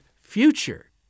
future